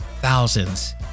thousands